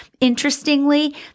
Interestingly